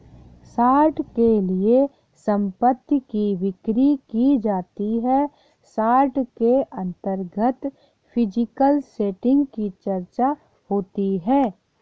short के लिए संपत्ति की बिक्री की जाती है शॉर्ट के अंतर्गत फिजिकल सेटिंग की चर्चा होती है